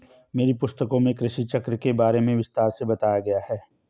मेरी पुस्तकों में कृषि चक्र के बारे में विस्तार से बताया गया है